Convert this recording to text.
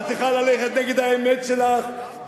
את צריכה ללכת נגד האמת שלך,